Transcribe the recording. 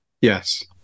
Yes